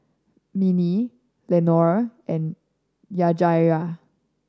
Minnie Lenore and Yajaira